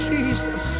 Jesus